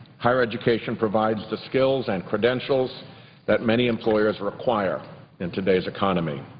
higher education provides the skills and credentials that many employers require in today's economy.